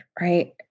right